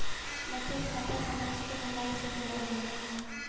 बचत खाता समाज के भलाई से जुड़ल होला